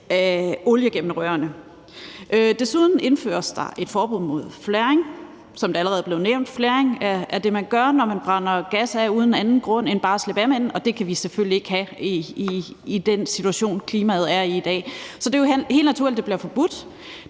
af olie gennem rørene. Desuden indføres der et forbud mod flaring, som det allerede er blevet nævnt. Flaring er det, man gør, når man brænder gas af uden anden grund end bare for at slippe af med den, og det kan vi selvfølgelig ikke have i den situation, klimaet er i i dag. Så det er jo helt naturligt, at det bliver forbudt.